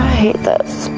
hate this.